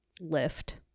lift